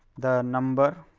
the number